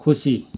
खुसी